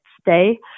stay